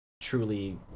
truly